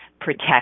protect